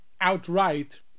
outright